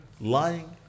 lying